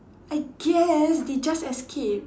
I guess they just escape